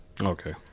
Okay